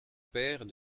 père